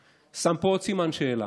אני שם פה עוד סימן שאלה: